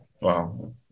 wow